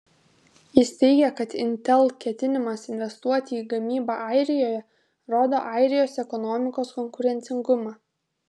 jis teigė kad intel ketinimas investuoti į gamybą airijoje rodo airijos ekonomikos konkurencingumą